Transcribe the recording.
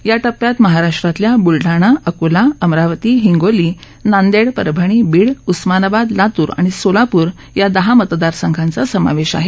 या टप्प्यात महाराष्ट्रातल्या बुलडाणा अकोला अमरावती हिंगोली नांदेड परभणी बीड उस्मानाबाद लातूर आणि सोलापूर या दहा मतदार संघांचा समावेश आहे